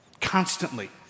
Constantly